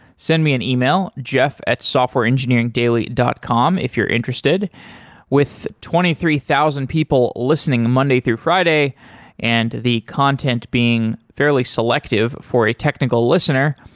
send me an e-mail jeff at softwareengineeringdaily dot com if you're interested with twenty three thousand people listening monday through friday and the content being fairly selective for a technical listener,